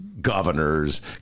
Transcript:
governors